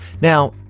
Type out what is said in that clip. now